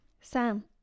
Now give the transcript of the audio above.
Sam